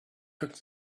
took